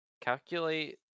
Calculate